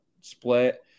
split